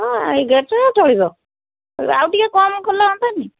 ହଁ ଏଗାରଟା ଚଳିବ ଆଉ ଟିକେ କମ୍ କଲେ ହୁଅନ୍ତାନି